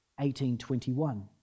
1821